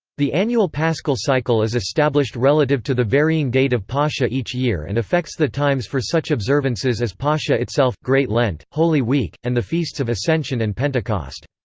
the annual paschal cycle is established relative to the varying date of pascha each year and affects the times for such observances as pascha itself, great lent, holy week, and the feasts of ascension and pentecost.